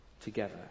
together